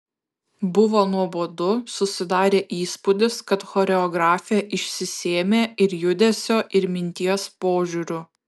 buvo nuobodu susidarė įspūdis kad choreografė išsisėmė ir judesio ir minties požiūriu